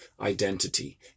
identity